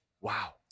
Wow